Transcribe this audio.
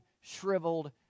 shriveled